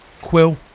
Quill